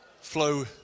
Flow